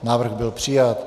Návrh byl přijat.